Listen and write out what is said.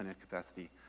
capacity